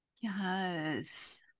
yes